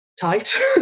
tight